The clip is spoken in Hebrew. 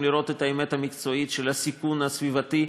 לראות את האמת המקצועית של הסיכון הסביבתי,